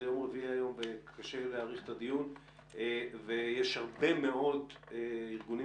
היום יום רביעי וקשה להאריך את הדיון ויש הרבה מאוד ארגונים